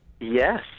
Yes